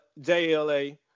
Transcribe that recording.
JLA